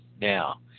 Now